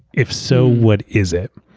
if so, what is it?